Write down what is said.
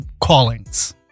callings